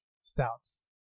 stouts